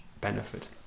benefit